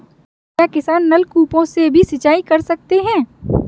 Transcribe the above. क्या किसान नल कूपों से भी सिंचाई कर सकते हैं?